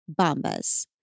Bombas